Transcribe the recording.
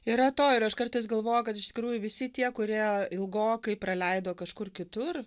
yra to ir aš kartais galvoju kad iš tikrųjų visi tie kurie ilgokai praleido kažkur kitur